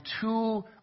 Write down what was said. two